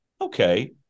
okay